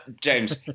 James